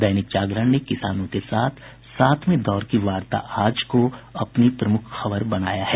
दैनिक जागरण ने किसानों के साथ सातवें दौर की वार्ता आज को अपनी प्रमुख खबर बनाया है